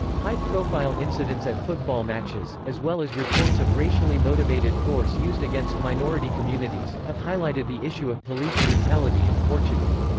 high profile incidents at football matches, as well as reports of racially motivated force used against minority communities, have highlighted the issue of police brutality in portugal.